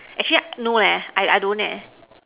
actually no leh I I don't eh